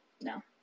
No